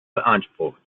beansprucht